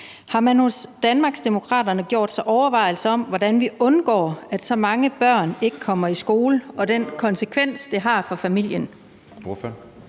Har man hos Danmarksdemokraterne gjort sig overvejelser om, hvordan vi undgår, at så mange børn ikke kommer i skole, og den konsekvens, det har for familien?